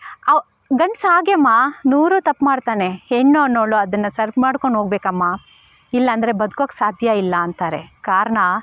ಅವ ಗಂಡ್ಸು ಹಾಗೇಮ್ಮ ನೂರು ತಪ್ಪು ಮಾಡ್ತಾನೆ ಹೆಣ್ಣು ಅನ್ನೋವಳು ಅದನ್ನು ಸರಿ ಮಾಡ್ಕೊಂಡೋಗಬೇಕಮ್ಮ ಇಲ್ಲಾಂದ್ರೆ ಬದುಕೋಕ್ಕೆ ಸಾಧ್ಯ ಇಲ್ಲ ಅಂತಾರೆ ಕಾರಣ